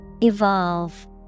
Evolve